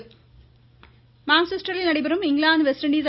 cricket மான்செஸ்டரில் நடைபெறும் England West Indies